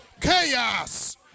Chaos